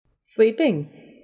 Sleeping